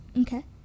Okay